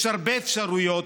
יש הרבה אפשרויות,